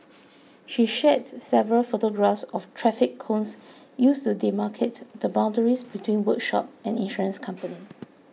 she shared several photographs of traffic cones used to demarcate the boundaries between workshop and insurance company